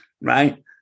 right